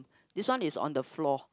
this one is on the floor